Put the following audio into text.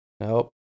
Nope